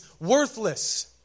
worthless